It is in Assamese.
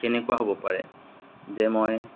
কেনেকুৱা হ'ব পাৰে যে মই